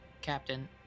captain